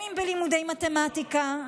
אם בלימודי מתמטיקה,